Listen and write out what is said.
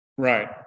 Right